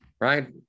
right